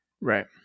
Right